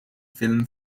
film